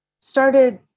started